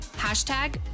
Hashtag